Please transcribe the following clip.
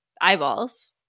eyeballs